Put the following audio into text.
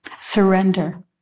surrender